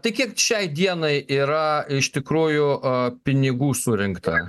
tai kiek šiai dienai yra iš tikrųjų a pinigų surinkta